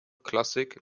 klassik